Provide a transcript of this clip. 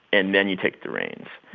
and then you take the reins.